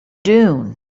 dune